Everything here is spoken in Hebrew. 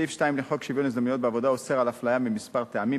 סעיף 2 לחוק שוויון ההזדמנויות בעבודה אוסר אפליה מכמה טעמים,